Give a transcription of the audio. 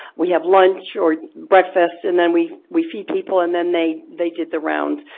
we have lunch or breakfast and then we we feed people and then they they did the rounds,